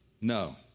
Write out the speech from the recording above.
no